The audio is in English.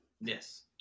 Yes